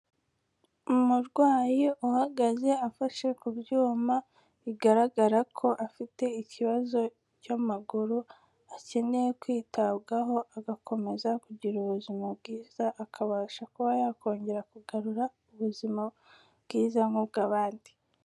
Umurwayi uhagaze afashe ku byuma bigaragara ko afite ikibazo cy'amaguru, akeneye kwitabwaho agakomeza kugira ubuzima bwiza akabasha kuba yakongera kugarura ubuzima bwiza nk'ubw'abandi.